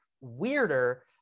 weirder